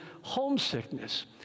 homesickness